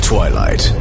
Twilight